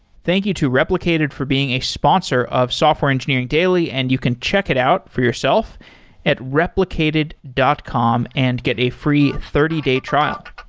thank you to replicated for being a sponsor of software engineering daily, and you can check it out for yourself at replicated dot com and get a free thirty day trial